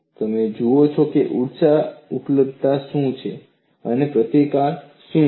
તમે જુઓ કે ઊર્જા ઉપલબ્ધતા શું છે અને પ્રતિકાર શું છે